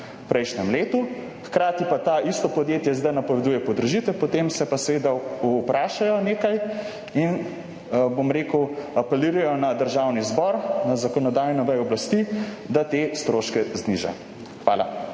v prejšnjem letu, hkrati pa to isto podjetje zdaj napoveduje podražitve, potem se pa seveda nekaj vprašajo in, bom rekel, apelirajo na Državni zbor, na zakonodajno vejo oblasti, da te stroške zniža. Hvala.